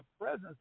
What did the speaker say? presence